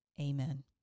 Amen